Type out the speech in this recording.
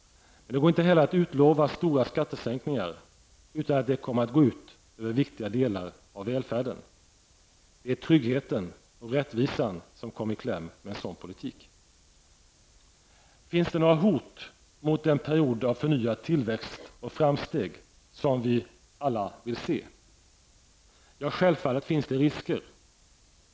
Det går inte heller att utlova stora skattesänkningar utan att det kommer att gå ut över viktiga delar av välfärden. Det är tryggheten och rättvisar som kommer i kläm med en sådan politik. Finns det några hot mot den period av förnyad tillväxt och framsteg som vi alla vill se? Ja, självfallet finns det risker.